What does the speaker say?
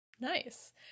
Nice